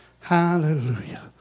Hallelujah